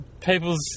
people's